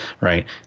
right